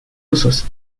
usos